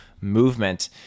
movement